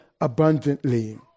abundantly